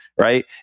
right